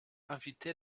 invité